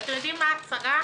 והצרה,